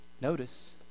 notice